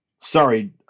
Sorry